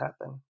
Happen